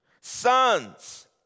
sons